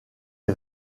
est